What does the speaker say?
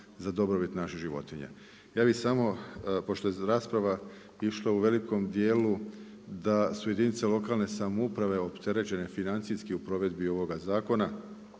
za dobrobit naših životinja. Ja bih samo pošto je rasprava išla u velikom dijelu da su jedinice lokalne samouprave opterećene financijski u provedbi ovoga zakona,